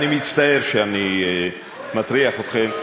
אני מצטער שאני מטריח אתכם,